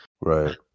Right